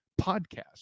podcast